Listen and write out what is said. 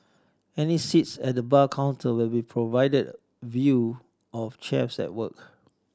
any seats at the bar counter will be provided view of chefs at work